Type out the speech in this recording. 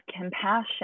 compassion